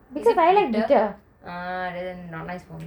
ah then not nice for me